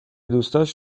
دوستاش